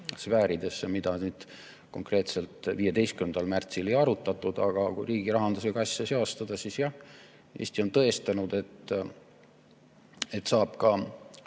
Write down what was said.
sfääridesse, mida konkreetselt 15. märtsil ei arutatud. Aga kui riigirahandusega asja seostada, siis jah, Eesti on tõestanud, et saab ka